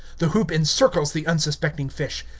the hoop encircles the unsuspecting fish.